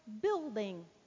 building